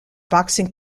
boxing